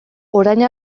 orain